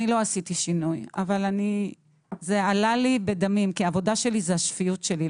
לא עשיתי שינוי אבל זה עלה לי בדמים כי העבודה שלי היא השפיות שלי.